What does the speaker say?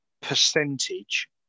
percentage